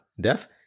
death